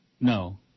No